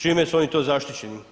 Čime su oni to zaštićeni?